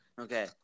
Okay